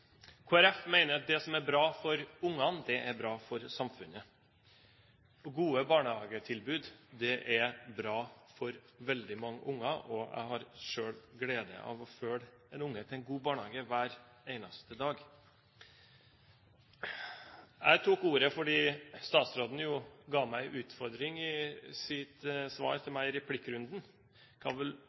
bra for ungene, er bra for samfunnet. Gode barnehagetilbud er bra for veldig mange unger, og jeg har selv gleden av å følge en unge til en god barnehage hver eneste dag. Jeg tok ordet fordi statsråden ga meg en utfordring i sitt svar til meg i replikkrunden: